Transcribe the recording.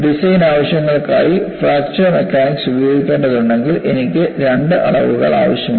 design ആവശ്യങ്ങൾക്കായി fracture mechanics ഉപയോഗിക്കേണ്ടതുണ്ടെങ്കിൽ എനിക്ക് രണ്ട് അളവുകൾ ആവശ്യമാണ്